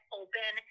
open